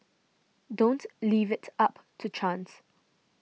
don't leave it up to chance